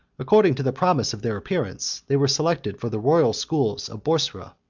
according to the promise of their appearance, they were selected for the royal schools of boursa,